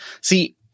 See